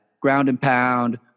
ground-and-pound